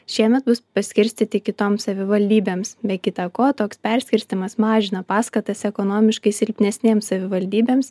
šiemet bus paskirstyti kitoms savivaldybėms be kita ko toks perskirstymas mažina paskatas ekonomiškai silpnesnėms savivaldybėms